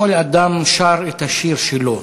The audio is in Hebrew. כל אדם שר את השיר שלו.